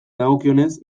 dagokionez